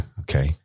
Okay